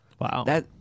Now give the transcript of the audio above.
Wow